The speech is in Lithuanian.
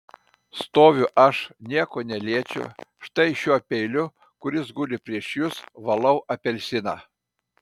stoviu aš nieko neliečiu štai šiuo peiliu kuris guli prieš jus valau apelsiną